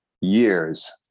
years